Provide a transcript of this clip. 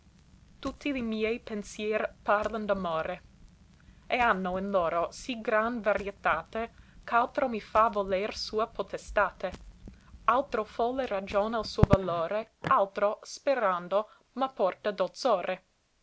tutti li miei pensier parlan d'amore e hanno in loro sì gran varietate ch'altro mi fa voler sua potestate altro folle ragiona il suo valore altro sperando m'aporta